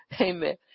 Amen